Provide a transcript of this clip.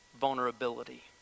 vulnerability